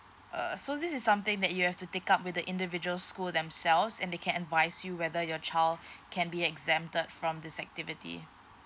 err so this is something that you have to take up with the individuals school themselves and they can advise you whether your child can be exempted from this activity